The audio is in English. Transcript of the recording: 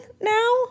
now